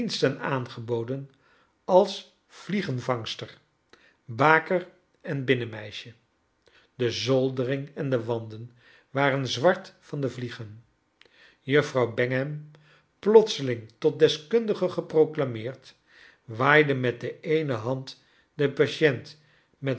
aangeboden als vliegenvangster baker en binnenmeisje de zolderi ng en de wanden waren zwart van de vliegen juffrouw bangham plotseiing tot deskundige geproclameerd waaide met de eene hand de patient met